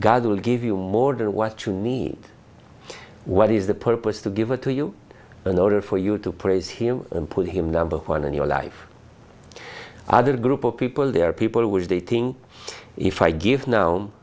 god will give you more than what you need what is the purpose to give it to you in order for you to praise him and put him number one in your life other group of people there are people who is dating if i give gno